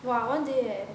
!wah! one day eh